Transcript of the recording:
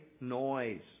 noise